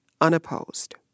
unopposed